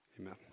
Amen